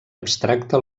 abstracte